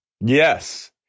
Yes